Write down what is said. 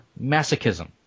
masochism